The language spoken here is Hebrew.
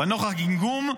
אבל נוכח הגמגום,